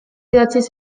idatziz